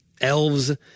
elves